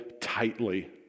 tightly